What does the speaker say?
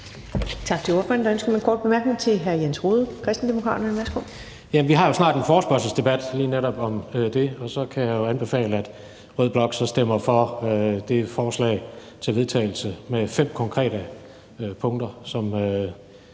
til ordføreren. Der er ønske om en kort bemærkning fra hr. Jens Rohde, Kristendemokraterne. Værsgo. Kl. 14:05 Jens Rohde (KD): Vi har jo snart en forespørgselsdebat om lige netop det, og så kan jeg anbefale, at rød blok stemmer for det forslag til vedtagelse med fem konkrete punkter, som